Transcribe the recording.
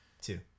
Two